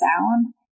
sound